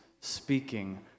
speaking